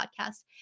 podcast